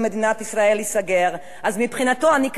אז מבחינתו אני כנראה בדיוק אותו אויב.